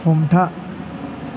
हमथा